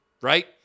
right